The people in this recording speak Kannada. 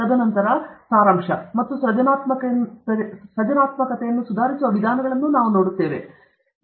ತದನಂತರ ಸಾರಾಂಶ ಮತ್ತು ಸೃಜನಾತ್ಮಕತೆಯನ್ನು ಸುಧಾರಿಸುವ ವಿಧಾನಗಳನ್ನು ನಾವು ನೋಡುತ್ತೇವೆ